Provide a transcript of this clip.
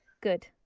Good